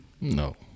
No